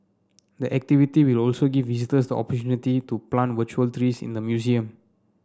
the activity will also give visitors the opportunity to plant virtual trees in the museum